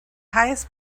highest